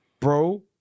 Bro